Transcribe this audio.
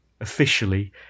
officially